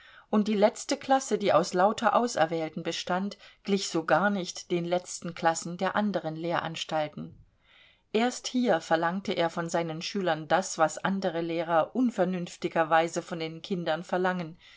und die letzte klasse die aus lauter auserwählten bestand glich so gar nicht den letzten klassen der anderen lehranstalten erst hier verlangte er von seinen schülern das was andere lehrer unvernünftigerweise von den kindern verlangen